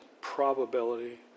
probability